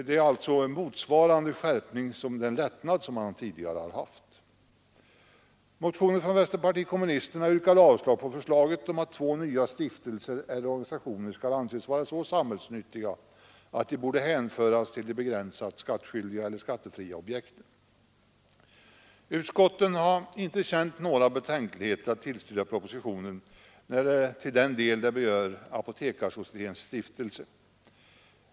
Skärpningen motsvarar alltså den lättnad som han tidigare haft. I motionen från vänsterpartiet kommunisterna yrkas avslag på förslaget att två nya stiftelser eller organisationer skall anses vara så allmännyttiga att de bör hänföras till de begränsat skattskyldiga eller skattefria objekten. Utskottet har inte känt några betänkligheter när det gällt att tillstyrka propositionen i den del som berör Apotekarsocietetens stiftelse.